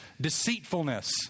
deceitfulness